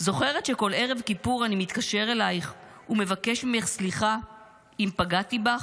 "זוכרת שכל ערב כיפור אני מתקשר אלייך ומבקש ממך סליחה אם פגעתי בך?